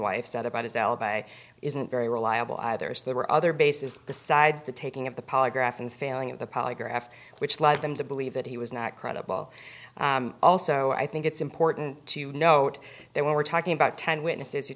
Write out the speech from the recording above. wife said about his alibi isn't very reliable either so there were other bases besides the taking of the polygraph and failing of the polygraph which led them to believe that he was not credible also i think it's important to note that when we're talking about ten witnesses